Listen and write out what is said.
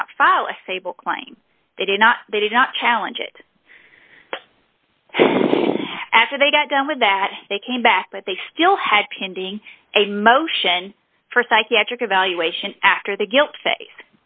did not file a sable claim they did not they did not challenge it after they got done with that they came back but they still had pending a motion for psychiatric evaluation after the guilt